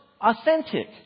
authentic